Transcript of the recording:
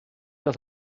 das